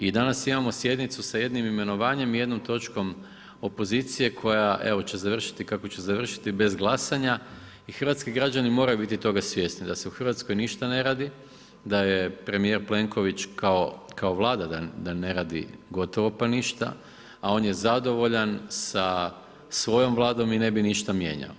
I danas imamo sjednicu sa jednim imenovanjem i jednom točkom opozicije koja evo, će završiti kako će završiti, bez glasanja i hrvatski građani moraju biti toga svjesni da se u Hrvatskoj ništa ne radi, da je premijer Plenković kao Vlada, da ne radi gotovo pa ništa, a on je zadovoljan sa svojom Vladom i ne bi ništa mijenjao.